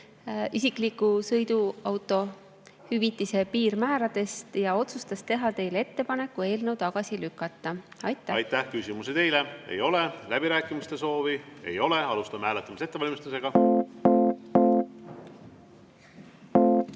isikliku sõiduauto hüvitise piirmääradest ja otsustas teha teile ettepaneku eelnõu tagasi lükata. Aitäh! Aitäh! Küsimusi teile ei ole. Läbirääkimiste soovi? Ei ole. Alustame hääletamise ettevalmistamist.